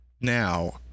now